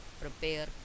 prepare